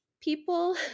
people